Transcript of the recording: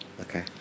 Okay